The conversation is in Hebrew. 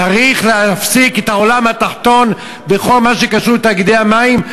צריך להפסיק את העולם התחתון בכל מה שקשור לתאגידי המים,